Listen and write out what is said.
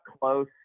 close